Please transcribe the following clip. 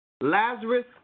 Lazarus